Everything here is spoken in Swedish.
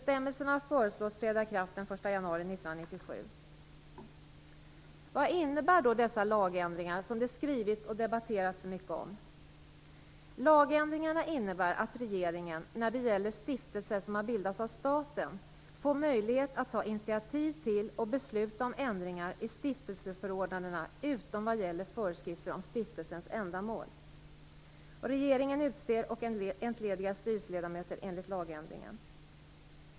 Vad innebär då dessa lagändringar, som det skrivits och debatterats så mycket om? Lagändringarna innebär att regeringen, när det gäller stiftelser som har bildats av staten, får möjlighet att ta initiativ till och besluta om ändringar i stiftelseförordnandena utom vad gäller föreskrifter om stiftelsernas ändamål. Regeringen utser och entledigar styrelsernas ledamöter enligt lagändringen.